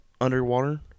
Underwater